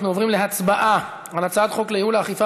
אנחנו עוברים להצבעה על הצעת חוק לייעול האכיפה